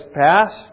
pass